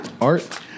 Art